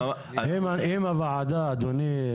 נתן בביוף,